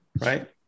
right